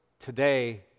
today